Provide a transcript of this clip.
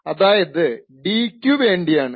അതായത് d ക്കു വേണ്ടിയാണു